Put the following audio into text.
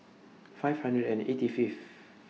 five hundred and eighty Fifth